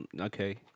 okay